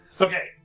Okay